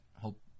Hope